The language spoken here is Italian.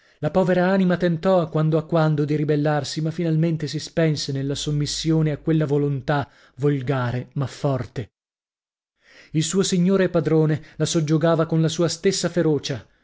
la povera anima tentò a quando a quando di ribellarsi ma finalmente si spense nella sommissione a quella volontà volgare ma forte il suo signore e padrone la soggiogava con la sua stessa ferocia